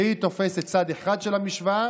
שהיא תופסת צד אחד של המשוואה,